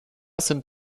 sind